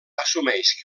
assumeix